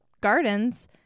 gardens